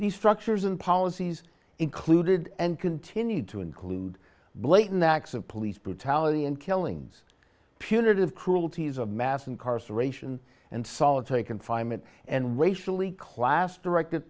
these structures and policies included and continued to include blatant acts of police brutality and killings punitive cruelties of mass incarceration and solitary confinement and racially class directed